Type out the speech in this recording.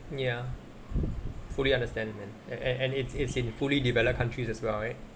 ya fully understand and and and it's it's in fully developed countries as well right